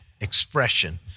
expression